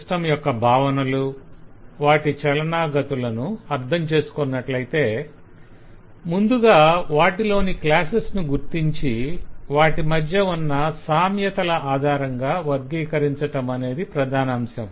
system యొక్క భావనలు వాటి చలానాగతులను అర్ధం చేసుకున్నట్లయితే ముందుగా వాటిలోని క్లాసెస్ ను గుర్తించి వాటి మధ్య ఉన్న సామ్యతల ఆధారంగా వర్గీకరించటమనేది ప్రధానాంశం